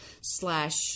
slash